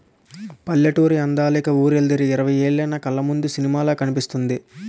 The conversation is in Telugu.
పల్లెటూరి అందాలు ఇంక వూరొదిలి ఇరవై ఏలైన కళ్లముందు సినిమాలా కనిపిస్తుంది